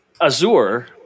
Azure